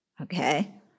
okay